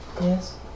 Yes